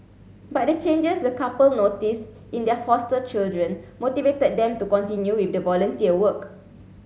but the changes the couple noticed in their foster children motivated them to continue with the volunteer work